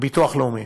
הביטוח הלאומי.